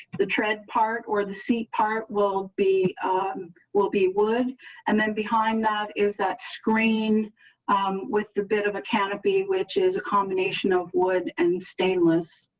the tread part or the seat part will be will be wood and then behind that is that screen with a bit of a canopy, which is a combination of wood and stainless